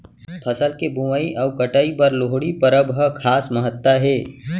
फसल के बोवई अउ कटई बर लोहड़ी परब ह खास महत्ता हे